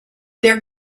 their